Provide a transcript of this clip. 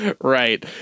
right